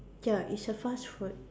ya it's a fast food